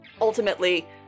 ultimately